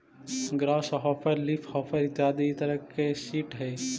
grass hopper leafhopper इत्यादि इ तरह के सीट हइ